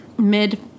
Mid